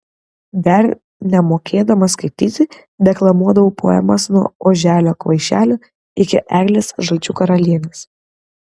dar nemokėdama skaityti deklamuodavau poemas nuo oželio kvaišelio iki eglės žalčių karalienės